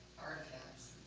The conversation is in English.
artifacts,